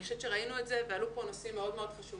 אני חושבת שראינו את זה ועלו פה נושאים מאוד מאוד חשובים,